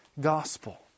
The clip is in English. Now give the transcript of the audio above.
gospel